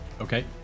Okay